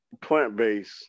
plant-based